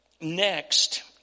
next